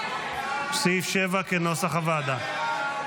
סעיף 7, כנוסח הוועדה.